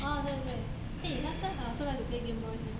oh 对对 eh last time I also like to play gameboy sia